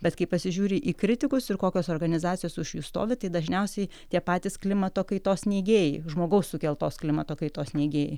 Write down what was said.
bet kai pasižiūri į kritikus ir kokios organizacijos už jų stovi tai dažniausiai tie patys klimato kaitos neigėjai žmogaus sukeltos klimato kaitos neigėjai